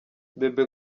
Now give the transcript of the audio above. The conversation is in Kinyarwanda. bebe